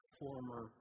former